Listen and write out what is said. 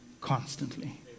constantly